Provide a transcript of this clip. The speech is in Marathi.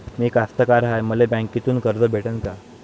मी कास्तकार हाय, मले बँकेतून कर्ज भेटन का?